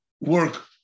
work